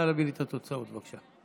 נא להביא לי את התוצאות, בבקשה.